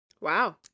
Wow